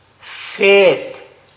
Faith